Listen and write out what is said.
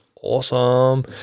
awesome